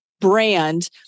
brand